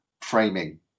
framing